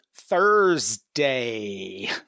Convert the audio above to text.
Thursday